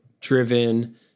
driven